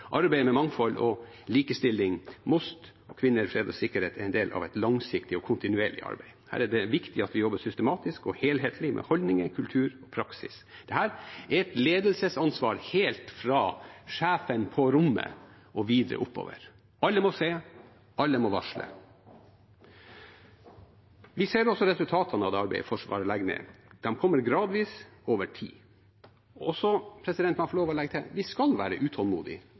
Arbeidet med mangfold og likestilling, MOST og kvinner, fred og sikkerhet er en del av et langsiktig og kontinuerlig arbeid. Her er det viktig at vi jobber systematisk og helhetlig med holdninger, kultur og praksis. Dette er et ledelsesansvar helt fra sjefen på rommet og videre oppover. Alle må se, alle må varsle. Vi ser også resultatene av det arbeidet Forsvaret legger ned. De kommer gradvis, over tid. Og så må jeg få lov til å legge til: Vi skal være utålmodige,